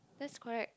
that's correct